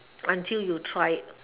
until you try it